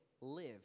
live